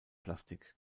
plastik